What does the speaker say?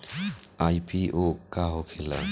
IPO का होखेला?